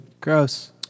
Gross